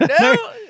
no